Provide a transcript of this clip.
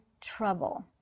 trouble